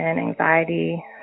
anxiety